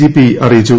G അറിയിച്ചു